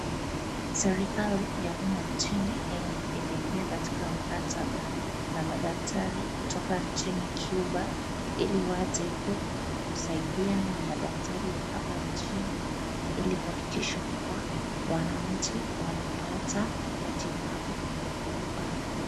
Serikali ya humu nchini iliingia katika mkataba na madaktari kutoka nchini Cuba ili waje humu kusaidiana na madaktari wa hapa nchini ili kuhakikisha kuwa wananchi wanapata matibabu inavyofaa.